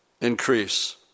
increase